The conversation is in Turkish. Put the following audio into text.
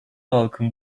halkın